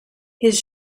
his